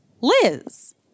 Liz